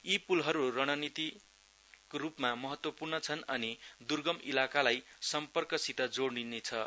यी पुलहरु रणनीतिकरुपमा महत्वपूर्ण छन् अनि दुर्गम इलाकालाई सम्पक सित जोडनेछन्